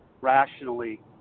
rationally